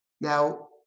Now